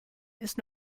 ist